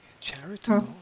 charitable